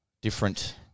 different